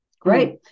Great